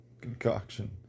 concoction